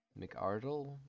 McArdle